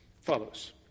follows